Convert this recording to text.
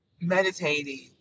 meditating